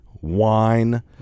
wine